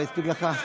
לא הספיק לך?